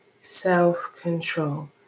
Self-Control